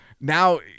Now